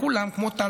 כמו טל,